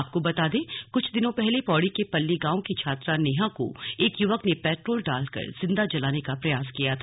आपको बता दें कि कुछ दिनों पहले पौड़ी के पल्ली गांव की छात्रा नेहा को एक युवक ने पेट्रोल डालकर जिंदा जलाने का प्रयास किया था